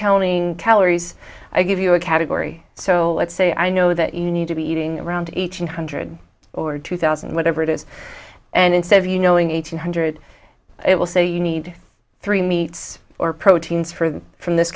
counting calories i give you a category so let's say i know that you need to be eating around each one hundred or two thousand whatever it is and instead of you knowing eight hundred it will say you need three meats or proteins fruit from this